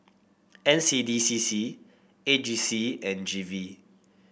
N C D C C A G C and G V